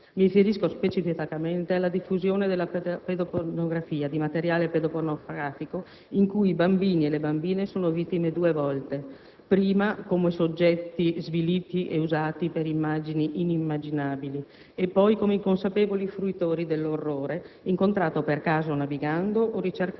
Mi riferisco specificatamente alla diffusione della pedopornografia, di materiale pedopornografico in cui i bambini e le bambine sono vittime due volte: prima, come soggetti sviliti e usati per immagini inimmaginabili; poi come inconsapevoli fruitori dell'orrore, incontrato per caso navigando o ricercato